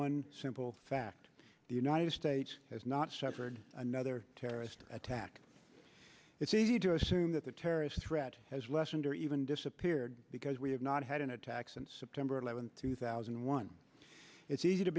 one simple fact the united states has not suffered another terrorist attack it's easy to assume that the terrorist threat has lessened or even disappeared because we have not had an attack since september eleventh two thousand and one it's easy to